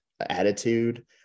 attitude